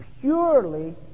purely